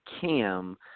Cam